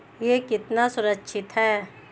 यह कितना सुरक्षित है?